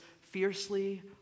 fiercely